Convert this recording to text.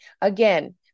again